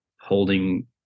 holding